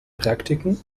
praktiken